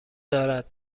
دارد